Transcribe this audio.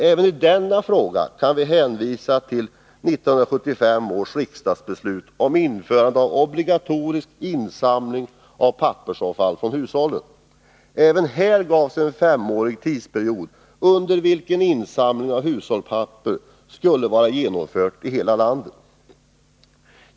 Även i denna fråga kan vi hänvisa till 1975 års riksdagsbeslut om införande av obligatorisk insamling av pappersavfall från hushållen. Det gavs även här en femårig tidsperiod, under vilken insamlingen av hushållspapper skulle vara genomförd i hela landet.